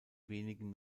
wenigen